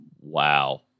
Wow